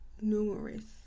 numerous